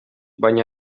baina